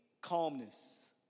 calmness